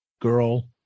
girl